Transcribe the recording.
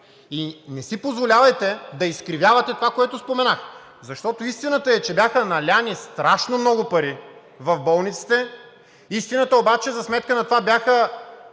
Не си позволявайте да изкривявате това, което споменах, защото истината е, че бяха налети страшно много пари в болниците. Истината обаче е, че за сметка на това бяха